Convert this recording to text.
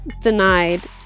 denied